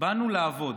באנו לעבוד.